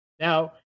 Now